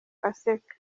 aseka